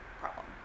problem